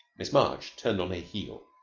miss march turned on her heel.